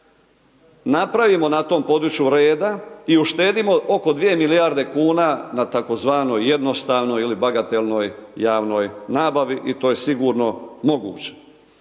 Napravimo na tom području reda i uštedimo oko 2 milijarde kuna na tzv. jednostavnoj ili bagatelnoj javnoj nabavi i to je sigurno moguće.